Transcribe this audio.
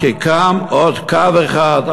כי קם עוד קו אחד,